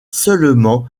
seulement